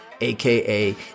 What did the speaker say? aka